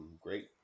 Great